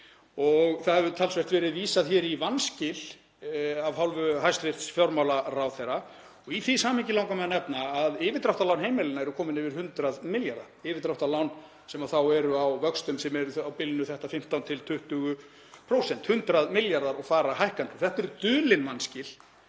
Það hefur talsvert verið vísað í vanskil af hálfu hæstv. fjármálaráðherra. Í því samhengi langar mig að nefna að yfirdráttarlán heimilanna eru komin yfir 100 milljarða, yfirdráttarlán sem eru á vöxtum sem eru á bilinu 15–20%, 100 milljarðar og fara hækkandi. Þetta eru dulin vanskil